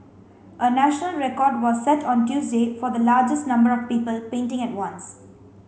a national record was set on Tuesday for the largest number of people painting at once